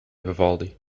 vivaldi